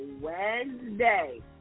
Wednesday